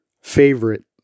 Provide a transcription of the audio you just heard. favorite